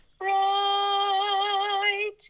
right